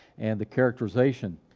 and the characterization,